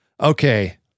Okay